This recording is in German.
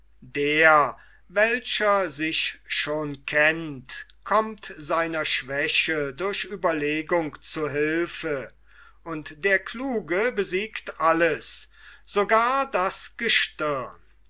der welcher sich schon kennt kommt seiner schwäche durch ueberlegung zu hülfe und der kluge besiegt alles sogar das gestirn